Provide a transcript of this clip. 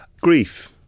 Grief